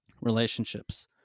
relationships